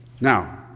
Now